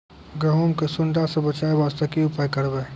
गहूम के सुंडा से बचाई वास्ते की उपाय करबै?